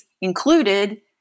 included